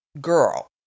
girl